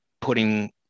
putting